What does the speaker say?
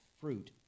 fruit